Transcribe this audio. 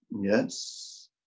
Yes